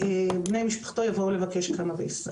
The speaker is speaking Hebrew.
יבואו לבקש קנביס.